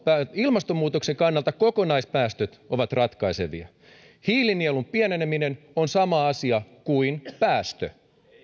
ilmastonmuutoksen kannalta kokonaispäästöt ovat ratkaisevia hiilinielun pieneneminen on sama asia kuin päästö